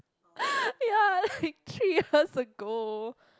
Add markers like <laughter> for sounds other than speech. <breath> ya like three years ago